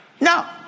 No